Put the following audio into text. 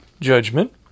judgment